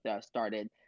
started